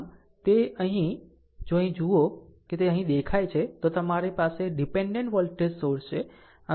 આમ અહીં જો તમે અહીં જાઓ છો કે તે અહીં દેખાય છે તો તમારી પાસે ડીપેનડેન્ટ વોલ્ટેજ સોર્સ છે